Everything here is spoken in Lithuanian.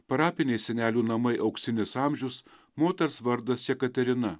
parapiniai senelių namai auksinis amžius moters vardas jekaterina